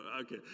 okay